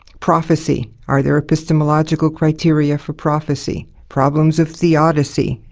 prophecy are there epistemological criteria for prophecy? problems of theodicy.